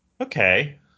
Okay